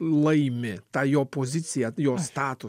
laimi tą jo poziciją jo statusą